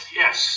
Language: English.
yes